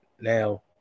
Now